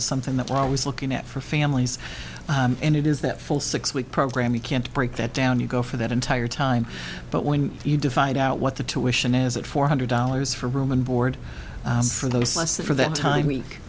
is something that we're always looking at for families and it is that full six week program you can't break that down you go for that entire time but when you do find out what the tuition is it four hundred dollars for room and board for those less than for that time